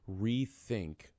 rethink